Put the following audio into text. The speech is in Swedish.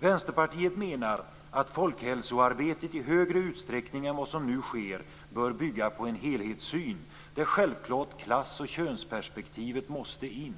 Vänsterpartiet menar att folkhälsoarbetet i större utsträckning än vad som nu sker bör bygga på en helhetssyn, där självklart klass och könsperspektivet måste in.